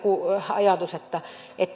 ajatus että